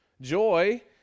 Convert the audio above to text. Joy